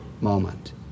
moment